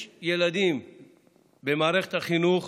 יש ילדים במערכת החינוך